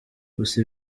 gusa